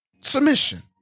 submission